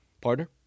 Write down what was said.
partner